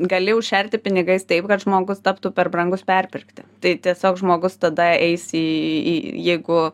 gali užšerti pinigais taip kad žmogus taptų per brangus perpirkti tai tiesiog žmogus tada eis į į jeigu